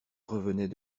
revenait